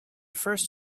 first